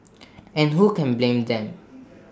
and who can blame them